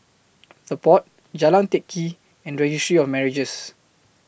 The Pod Jalan Teck Kee and Registry of Marriages